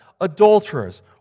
adulterers